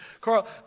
Carl